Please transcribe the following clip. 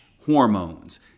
hormones